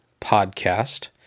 Podcast